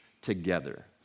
together